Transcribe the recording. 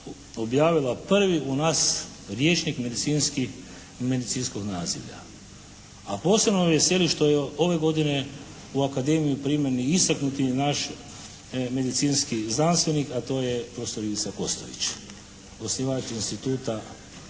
objavila prvi u nas rječnik medicinski i medicinskog nazivlja. A posebno me veseli što je ove godine u Akademiju primljen i istaknuti naš medicinski znanstvenik, a to je profesor Ivica Kostelić, osnivač Instituta